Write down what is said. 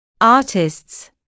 Artists